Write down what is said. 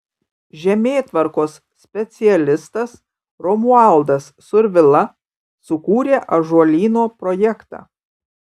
žemėtvarkos specialistas romualdas survila sukūrė ąžuolyno projektą